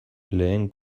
lehen